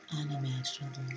unimaginable